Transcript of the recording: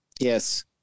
Yes